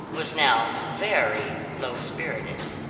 was now very low-spirited.